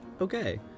okay